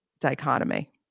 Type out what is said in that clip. dichotomy